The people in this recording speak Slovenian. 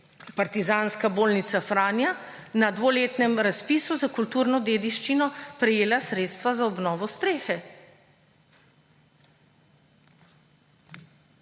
partizanska bolnica Franja na dvoletnem razpisu za kulturno dediščino prejela sredstva za obnovo strehe.